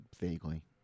Vaguely